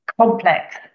complex